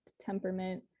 temperament